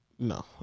no